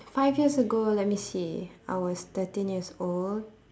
five years ago let me see I was thirteen years old